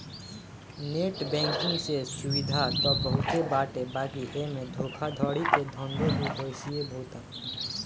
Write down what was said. net banking से सुविधा त बहुते बाटे बाकी एमे धोखाधड़ी के धंधो भी बेसिये होता